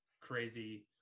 crazy